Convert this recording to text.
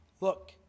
Look